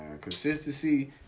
Consistency